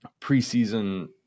preseason